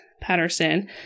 Patterson